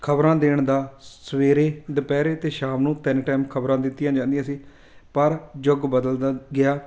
ਖਬਰਾਂ ਦੇਣ ਦਾ ਸਵੇਰੇ ਦੁਪਹਿਰੇ ਅਤੇ ਸ਼ਾਮ ਨੂੰ ਤਿੰਨ ਟਾਈਮ ਖਬਰਾਂ ਦਿੱਤੀਆਂ ਜਾਂਦੀਆਂ ਸੀ ਪਰ ਯੁੱਗ ਬਦਲਦਾ ਗਿਆ